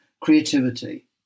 creativity